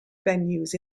venues